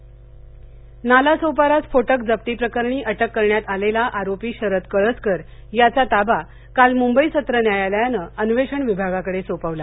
दाभोलकर नालासोपारा स्फोटक जप्ती प्रकरणी अटक करण्यात आलेला आरोपी शरद कळसकर याचा ताबा काल मुंबई सत्र न्यायालयानं अन्वेषण विभागाकडे सोपवला